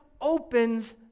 opens